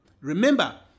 Remember